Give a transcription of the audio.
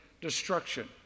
destruction